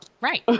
right